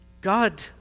God